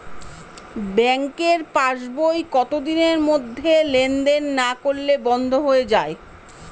ব্যাঙ্কের পাস বই কত দিনের মধ্যে লেন দেন না করলে বন্ধ হয়ে য়ায়?